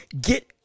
Get